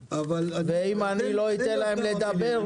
ואם לא אתן להם לדבר,